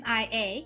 Mia